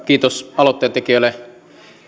kiitos aloitteen tekijöille